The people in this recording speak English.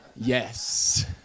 Yes